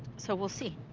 so we'll see.